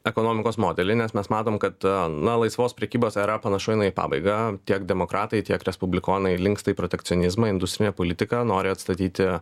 ekonomikos modelį nes mes matom kad na laisvos prekybos era panašu eina į pabaigą tiek demokratai tiek respublikonai linksta į protekcionizmą industrinė politika nori atstatyti